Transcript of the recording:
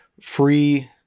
free